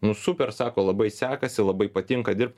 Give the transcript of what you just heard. nu super sako labai sekasi labai patinka dirbt